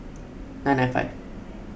nine nine five